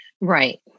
Right